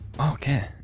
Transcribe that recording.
Okay